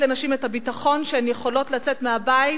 לנשים את הביטחון שהן יכולות לצאת מהבית